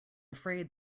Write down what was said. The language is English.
afraid